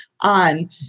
on